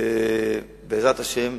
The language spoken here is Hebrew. בעזרת השם